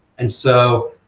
and so,